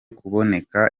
kuboneka